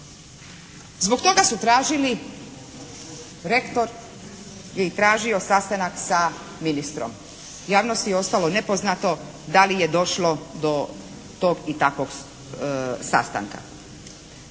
Zbog toga su tražili rektor je tražio sastanak sa ministrom. Javnosti je ostalo nepoznato da li je došlo do tog i takvog sastanka.